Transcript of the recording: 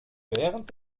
während